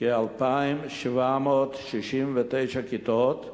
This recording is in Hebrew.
כ-2,769 כיתות,